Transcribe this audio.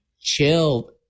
chill